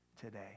today